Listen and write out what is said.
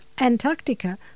Antarctica